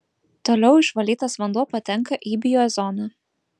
toliau išvalytas vanduo patenka į biozoną